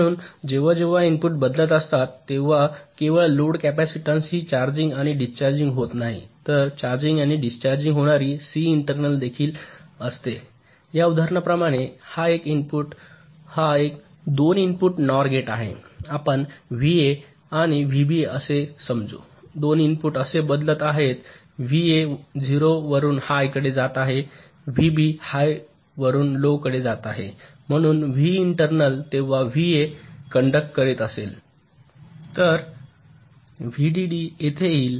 म्हणून जेव्हा जेव्हा इनपुट बदलत असतात तेव्हा केवळ लोड कॅपॅसिटन्स ही चार्जिंग आणि डिस्चार्ज होत नाही तर चार्जिंग आणि डिस्चार्ज होणारी सी इंटर्नल देखील असते या उदाहरणाप्रमाणे हा एक 2 इनपुट नॉर गेट आहे आपण व्हीए आणि व्हीबी असे समजू 2 इनपुट असे बदलत आहेत व्हीए 0 वरुन हाय कडे जात आहे व्हीबी हाय वरून लो जात आहे म्हणून व्ही इंटर्नल तेव्हा व्हीए कॅण्डक करीत असेल तर व्हीडीडी येथे येईल